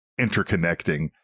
interconnecting